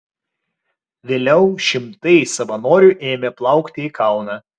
vėliau šimtai savanorių ėmė plaukti į kauną